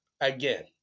Again